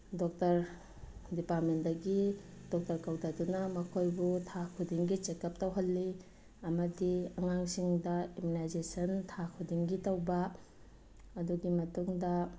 doctor ꯗꯤꯄꯥꯔꯠꯃꯦꯟꯗꯒꯤ doctor ꯀꯧꯊꯗꯨꯅ ꯃꯈꯣꯏꯕꯨ ꯊꯥ ꯈꯨꯗꯤꯡꯒꯤ ꯆꯦꯛ ꯑꯞ ꯇꯧꯍꯜꯂꯤ ꯑꯃꯗꯤ ꯑꯉꯥꯡꯁꯤꯡꯗ ꯏꯃ꯭ꯌꯨꯟꯅꯥꯏꯖꯦꯁꯟ ꯊꯥ ꯈꯨꯗꯤꯡꯒꯤ ꯇꯧꯕ ꯑꯗꯨꯒꯤ ꯃꯇꯨꯡꯗ